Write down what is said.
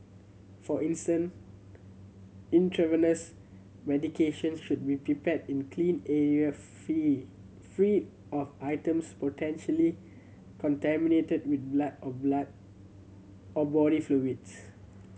for instance intravenous medications should be prepared in clean area free free of items potentially contaminated with blood or blood or body fluids